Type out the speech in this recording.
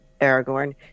Aragorn